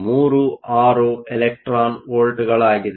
36 electron ವೋಲ್ಟ್ಗಳಾಗಿದೆ